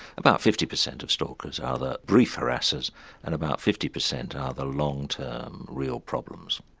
about fifty percent of stalkers are the brief harassers and about fifty percent are the long-term real problems.